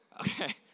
Okay